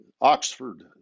Oxford